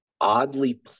oddly